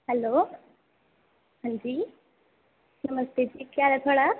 hello अंजी नमस्ते जी केह् हाल ऐ थुआढ़ा